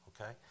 okay